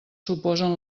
suposen